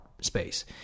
space